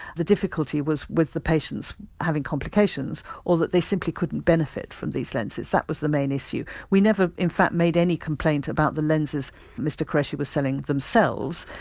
the difficulty was with the patients having complications or that they simply couldn't benefit from these lenses that was the main issue. we never, in fact, made any complaint about the lenses mr qureshi was selling themselves,